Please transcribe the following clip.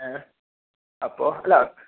ഏഹ് അപ്പോൾ അല്ല